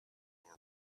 nor